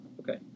Okay